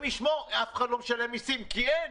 אף אחד לא משלם מסים כי אין.